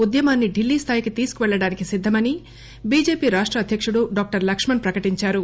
ఉద్యమాన్ని ఢిల్లీ స్థాయికి తీసుకుపెళ్లడానికి సిద్దమని బీజేపీ రాష్ట అధ్యకుడు డాక్టర్ లక్కుణ్ ప్రకటించారు